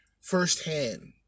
firsthand